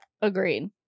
Agreed